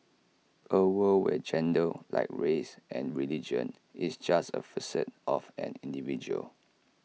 A world where gender like race and religion is just one facet of an individual